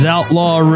Outlaw